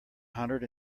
hundred